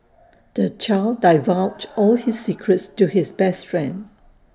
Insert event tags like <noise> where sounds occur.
the child <noise> divulged all his secrets to his best friend